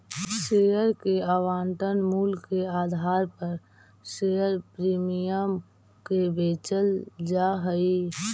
share के आवंटन मूल्य के आधार पर शेयर प्रीमियम के बेचल जा हई